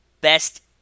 best